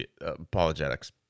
apologetics